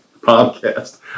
podcast